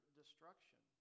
destruction